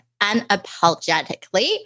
unapologetically